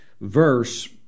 Verse